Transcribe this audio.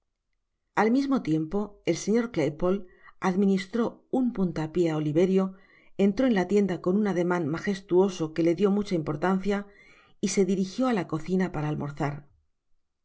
al mismo tiempo el señor claypole administró un punta pié á oliverio entró en la tienda con un ademan magestuoso que le dió mucha importancia y se dirijió á la cocina para almorzar